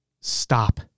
stop